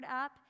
up